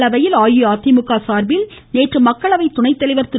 மக்களவையில் அஇஅதிமுக சார்பில் நேற்று மக்களவை துணைத்தலைவர் திரு